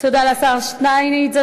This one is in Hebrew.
תודה לשר שטייניץ.